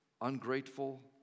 ungrateful